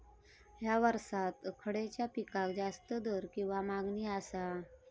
हया वर्सात खइच्या पिकाक जास्त दर किंवा मागणी आसा?